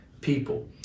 people